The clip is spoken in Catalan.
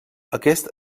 aquest